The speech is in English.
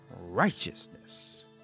righteousness